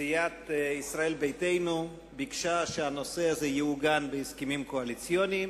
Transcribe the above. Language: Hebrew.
ביקשה סיעת ישראל ביתנו שהנושא הזה יעוגן בהסכמים הקואליציוניים,